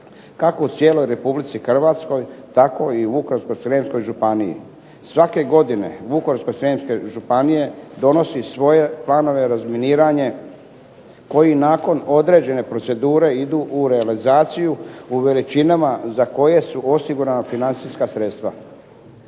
kako u cijeloj Republici Hrvatskoj, tako i u Vukovarsko-srijemskoj županiji. Svake godine Vukovarske-srijemske županije donosi svoje planove razminiranje koji nakon određene procedure idu u realizaciju u veličinama za koje su osigurana financijska sredstva.